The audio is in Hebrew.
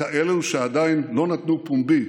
כאלה שעדיין לא נתנו פומבי